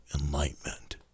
enlightenment